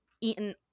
eaten